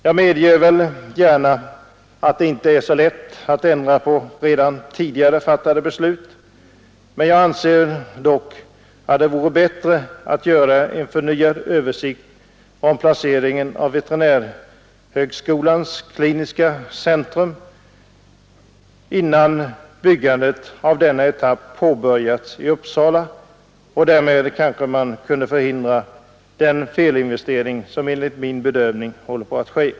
Jag medger gärna att det inte är så lätt att ändra redan tidigare fattade beslut, men jag anser ändå att det är bättre att göra en omprövning av beslutet om placeringen av veterinärhögskolans kliniska centrum innan byggandet av denna etapp påbörjas i Uppsala. Därmed kanske man kan förhindra den felinvestering som enligt min bedömning håller på att ske.